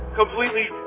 completely